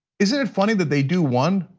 isn't it funny that they do one,